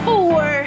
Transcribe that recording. Four